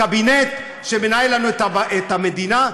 מתבייש בקבינט שמנהל לנו את המדינה,